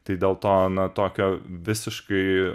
tai dėl to na tokio visiškai